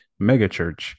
megachurch